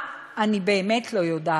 אני באמת לא יודעת.